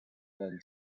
than